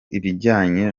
ibijyanye